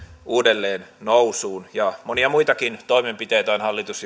uudelleen nousuun ja monia muitakin toimenpiteitä ovat hallitus